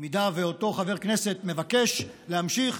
אם אותו חבר כנסת מבקש להמשיך,